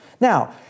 Now